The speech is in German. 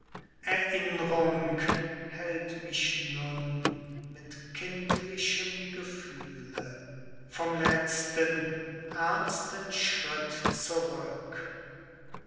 erinnrung hält mich nun mit kindlichem gefühle vom letzten ernsten schritt zurück